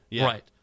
right